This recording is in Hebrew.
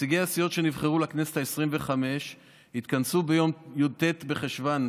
נציגי הסיעות שנבחרו לכנסת העשרים-וחמש התכנסו ביום י"ט בחשוון,